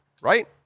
Right